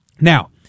Now